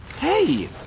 Hey